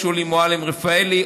שולי מועלם-רפאלי,